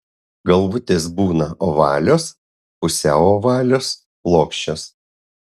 galvutės būna ovalios pusiau ovalios plokščios